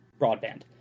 broadband